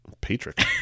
Patrick